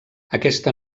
aquesta